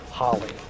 Holly